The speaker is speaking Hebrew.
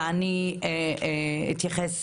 ואני אתייחס